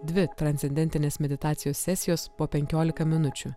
dvi transcendentinės meditacijos sesijos po penkiolika minučių